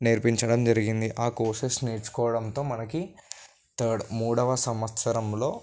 నేర్పించడం జరిగింది ఆ కోర్సెస్ నేర్చుకోవడంతో మనకి థర్డ్ మూడవ సంవత్సరంలో